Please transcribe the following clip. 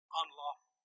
unlawful